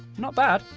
not bad.